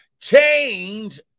change